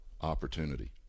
opportunity